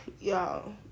y'all